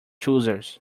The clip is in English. choosers